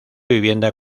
vivienda